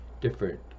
different